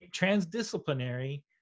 transdisciplinary